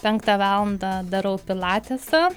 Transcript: penktą valandą darau pilatesą